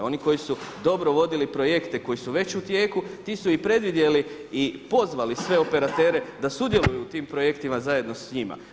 Oni koji su dobro vodili projekte koji su već u tijeku ti su i predvidjeli i pozvali sve operatere da sudjeluju u tim projektima zajedno s njima.